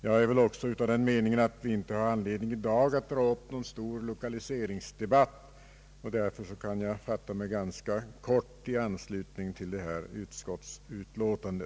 Jag är väl också av den meningen att vi inte har anledning att i dag dra upp en stor lokaliseringsdebatt och kan därför fatta mig ganska kort i anslutning till föreliggande utskottsutlåtande.